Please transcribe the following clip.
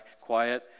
quiet